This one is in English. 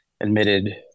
admitted